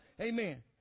Amen